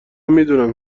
میدونم